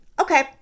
okay